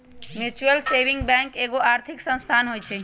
mutual saving bank एगो आर्थिक संस्थान होइ छइ